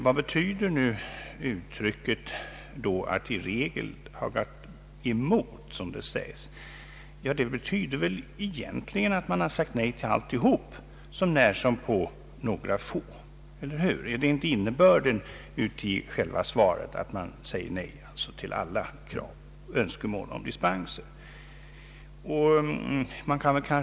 Vad betyder nu uttrycket ”regeringen i regel gått emot”, som det sägs i svaret? Det betyder väl egentligen att regeringen har sagt nej till alla så när som några få, eller hur? Är inte innebörden i svaret att regeringen har sagt nej till alla önskemål om dispenser?